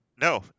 no